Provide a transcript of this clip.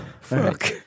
Fuck